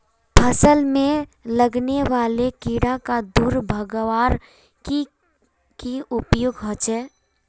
फसल में लगने वाले कीड़ा क दूर भगवार की की उपाय होचे?